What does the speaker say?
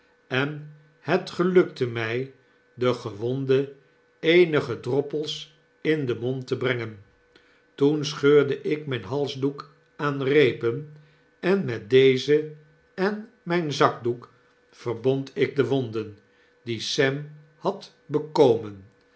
en het gelukte my den gewonde eenige droppels in den mond te brengen toen scheurde ik myn halsdoek aan reepen en met deze en myn zakdoek verbond ik de wonden die sem had bekomen